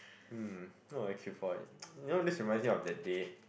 um why would I queue for it you know this reminds me of that day